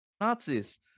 Nazis